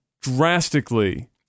drastically